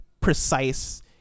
precise